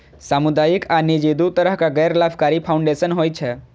सामुदायिक आ निजी, दू तरहक गैर लाभकारी फाउंडेशन होइ छै